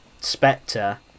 Spectre